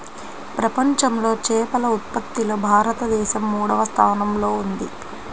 ప్రపంచంలో చేపల ఉత్పత్తిలో భారతదేశం మూడవ స్థానంలో ఉంది